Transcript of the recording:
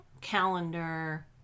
calendar